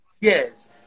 Yes